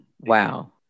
Wow